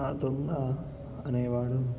ఆ దొంగ అనేవాడు